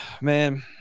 Man